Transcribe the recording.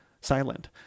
Silent